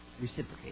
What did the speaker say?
reciprocate